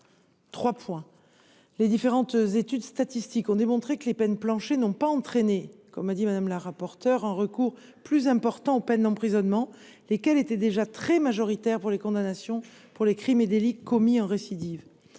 réinsertion. Or les différentes études statistiques ont démontré que les peines planchers n’ont pas entraîné, comme l’a dit Mme la rapporteure, un recours plus important aux peines d’emprisonnement, lesquelles étaient déjà très majoritaires s’agissant des condamnations pour les crimes et délits en cas de récidive.